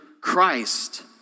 Christ